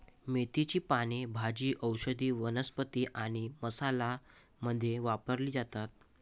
मेथीची पाने भाजी, औषधी वनस्पती आणि मसाला मध्ये वापरली जातात